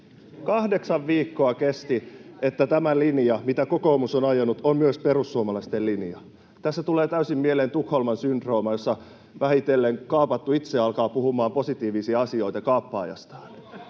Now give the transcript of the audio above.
Kahdeksan viikkoa kesti, että tämä linja, mitä kokoomus on ajanut, on myös perussuomalaisten linja. Tässä tulee täysin mieleen Tukholman syndrooma, jossa vähitellen kaapattu itse alkaa puhumaan positiivisia asioita kaappaajastaan.